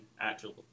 actual